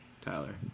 Tyler